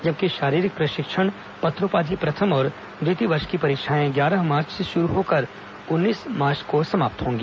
जबकि शारीरिक प्रशिक्षण पत्रोपाधि की प्रथम और द्वितीय वर्ष की परीक्षाएं ग्यारह मार्च से शुरू होकर उन्नीस मार्च को समाप्त होगी